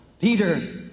Peter